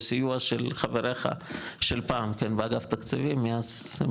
בסיוע של חבריך של פעם באגף תקציבים - מאז הם